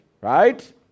Right